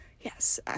yes